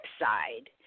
side